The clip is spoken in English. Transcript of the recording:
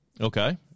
Okay